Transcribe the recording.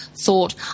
thought